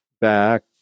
back